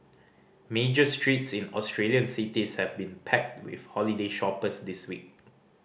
major streets in Australian cities have been packed with holiday shoppers this week